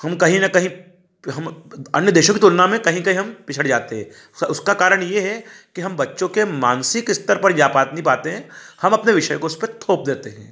हम कहीं न कहीं हम अन्य देसों की तुलना में कहीं कहीं हम पिछड़ जाते हैं उसका कारण ये है कि हम बच्चों के मानसिक स्तर जा पा नहीं पाते हैं हम अपने विषय को उस पर थोप देते हैं